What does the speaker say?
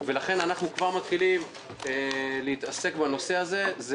לכן אנחנו כבר מתחילים להתעסק בנושא הזה.